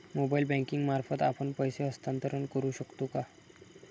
Mobile banking मार्फत आपण पैसे हस्तांतरण करू शकतो का?